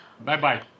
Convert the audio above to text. Bye-bye